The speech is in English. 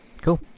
Cool